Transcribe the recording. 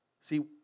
See